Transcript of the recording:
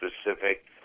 specific